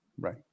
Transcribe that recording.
Right